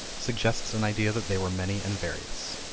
suggests an idea that they were many and various.